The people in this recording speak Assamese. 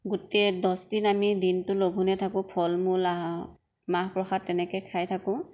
গোটেই দহদিন আমি দিনটো লঘোণে থাকোঁ ফলমূল মাহ প্ৰসাদ তেনেকে খাই থাকোঁ